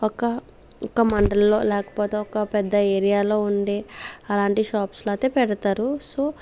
ఒక ఒక మండలంలో లేకపోతే ఒక పెద్ద ఏరియాలో ఉండే అలాంటి షాప్స్లో అయితే పెడతారు సో